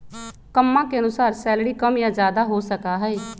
कम्मा के अनुसार सैलरी कम या ज्यादा हो सका हई